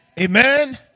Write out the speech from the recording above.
Amen